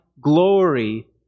glory